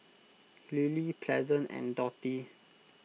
Lily Pleasant and Dottie